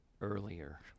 earlier